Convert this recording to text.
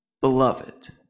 beloved